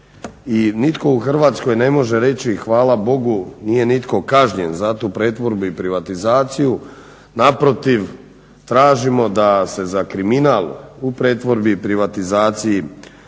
I nitko u Hrvatskoj ne može reći hvala Bogu nije nitko kažnjen za tu pretvorbu i privatizaciju, naprotiv tražimo da se za kriminal u pretvorbi i privatizaciji,